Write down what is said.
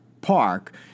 park